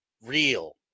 real